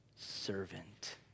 servant